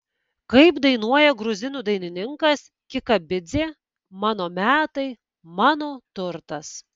kaip dainuoja gruzinų dainininkas kikabidzė mano metai mano turtas